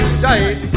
sight